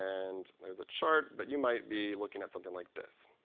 and there's a chart, but you might be looking at something like this.